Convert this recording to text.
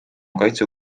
kaitsja